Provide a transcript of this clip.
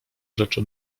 rzeczy